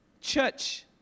Church